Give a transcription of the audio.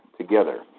together